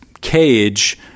cage